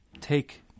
take